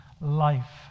life